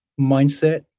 mindset